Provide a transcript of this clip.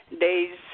days